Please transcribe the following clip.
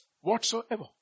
whatsoever